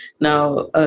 now